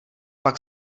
pak